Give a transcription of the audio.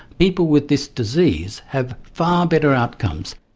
people with this disease have far better outcomes.